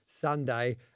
Sunday